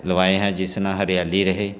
ਲਗਵਾਏ ਹੈ ਜਿਸ ਨਾਲ ਹਰਿਆਲੀ ਰਹੇ